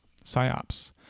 psyops